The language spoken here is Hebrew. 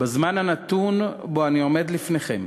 בזמן הנתון שבו אני עומד לפניכם,